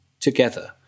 together